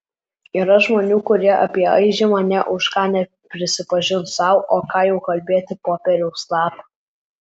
yra žmonių kurie apie aižymą nė už ką neprisipažins sau o ką jau kalbėti popieriaus lapą